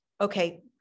okay